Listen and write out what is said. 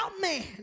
man